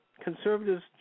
conservatives